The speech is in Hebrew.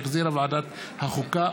שהחזירה ועדת החוקה,